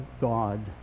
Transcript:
God